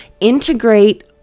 integrate